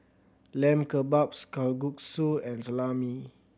Lamb Kebabs Kalguksu and Salami